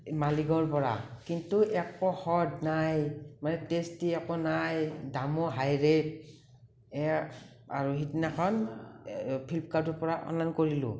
এই মালিগাৱঁৰ পৰা কিন্তু একো সোৱাদ নাই মানে টেষ্টী একো নাই দামো হাই ৰেট আৰু সিদিনাখন ফ্লিপকাৰ্টৰ পৰা অনলাইন অৰ্ডাৰ কৰিলোঁ